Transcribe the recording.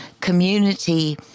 community